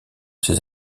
ses